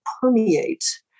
permeate